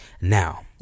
Now